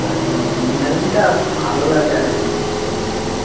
আর ইঞ্জিনিয়ারিংটা ভালো লাগে আর কি অন্য কিছু নয়